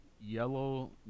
yellow